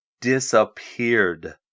disappeared